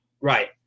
Right